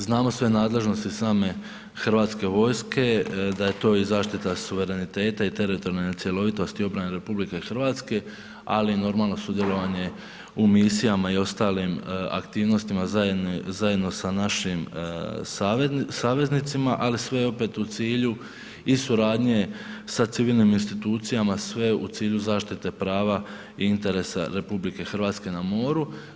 Znamo sve nadležnosti same hrvatske vojske, da je to zaštita suvereniteta i teritorijalne cjelovitosti obrane RH, ali normalno sudjelovanje u misijama i ostalima aktivnostima zajedno sa našim saveznicima, ali sve opet u cilju i suradnje sa civilnim institucijama sve u cilju zaštite prava i interesa RH na moru.